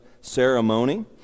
ceremony